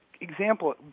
example